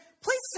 please